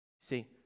See